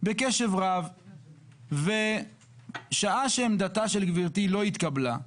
בקשב רב ושעה שעמדתה של גברתי לא התקבלה,